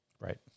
Right